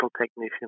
technician